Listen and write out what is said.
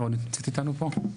רונית נמצאת איתנו פה?